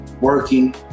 working